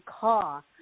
car